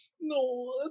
No